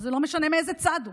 וזה לא משנה מאיזה צד הוא,